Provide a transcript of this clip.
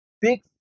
big